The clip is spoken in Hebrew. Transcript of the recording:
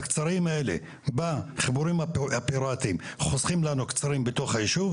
הקצרים האלה בחיבורים הפיראטיים חוסכים לנו קצרים בתוך היישוב,